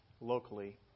locally